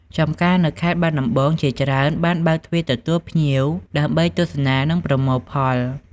ចម្ការនៅខេត្តបាត់ដំបងជាច្រើនបានបើកទទួលភ្ញៀវទេសចរដើម្បីទស្សនានិងប្រមូលផល។